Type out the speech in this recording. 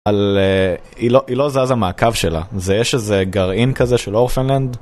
היא לא זזה מהקו שלה, זה יש איזה גרעין כזה של אורפנלנד.